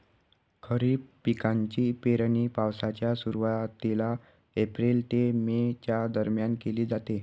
खरीप पिकांची पेरणी पावसाच्या सुरुवातीला एप्रिल ते मे च्या दरम्यान केली जाते